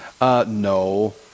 No